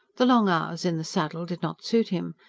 the long hours in the saddle did not suit him.